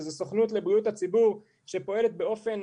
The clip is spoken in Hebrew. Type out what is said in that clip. שזו סוכנות לבריאות הציבור שפועלת באופן